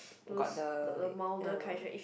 got the ya